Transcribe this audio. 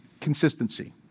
Consistency